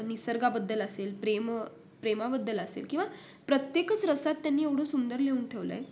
निसर्गाबद्दल असेल प्रेम प्रेमाबद्दल असेल किंवा प्रत्येकच रसात त्यांनी एवढं सुंदर लिहून ठेवलं आहे